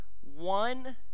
one